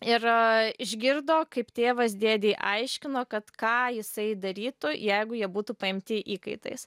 ir išgirdo kaip tėvas dėdei aiškino kad ką jisai darytų jeigu jie būtų paimti įkaitais